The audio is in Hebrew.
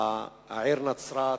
העיר נצרת,